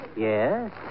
Yes